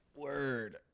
word